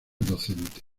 docente